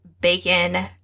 bacon